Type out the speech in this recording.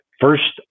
first